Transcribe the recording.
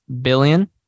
billion